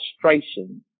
frustration